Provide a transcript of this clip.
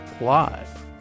live